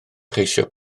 cheisio